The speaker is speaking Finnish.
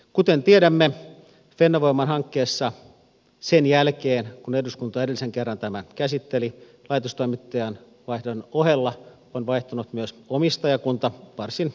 kuten tiedämme fennovoiman hankkeessa sen jälkeen kun eduskunta edellisen kerran tämän käsitteli laitostoimittajan vaihdon ohella on vaihtunut myös omistajakunta varsin olennaisella tavalla